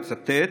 אני מצטט,